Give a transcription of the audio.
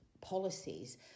policies